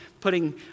putting